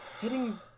hitting